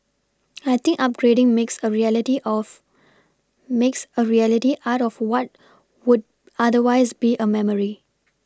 I think upgrading makes a reality of makes a reality out of what would otherwise be a memory